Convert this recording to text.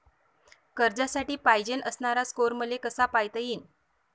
कर्जासाठी पायजेन असणारा स्कोर मले कसा पायता येईन?